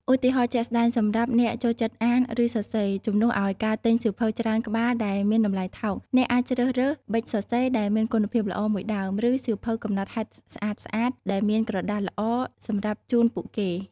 ឧទាហរណ៍ជាក់ស្តែង សម្រាប់អ្នកចូលចិត្តអាន ឬសរសេរ ជំនួសឱ្យការទិញសៀវភៅច្រើនក្បាលដែលមានតម្លៃថោក អ្នកអាចជ្រើសរើស ប៊ិចសរសេរដែលមានគុណភាពល្អមួយដើម ឬ សៀវភៅកំណត់ហេតុស្អាតៗ ដែលមានក្រដាសល្អ សម្រាប់ជូនពួកគេ។